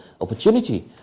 opportunity